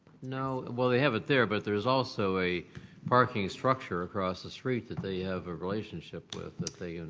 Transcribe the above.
no. well, they have it there but there's also a parking structure across the street that they have a relationship with that they